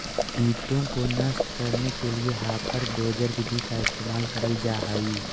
कीटों को नष्ट करने के लिए हापर डोजर विधि का इस्तेमाल करल जा हई